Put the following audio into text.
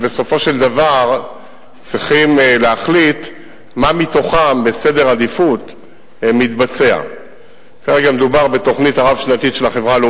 ובסופו של דבר צריכים להחליט מה מתוכם מתבצע לפי סדר עדיפות.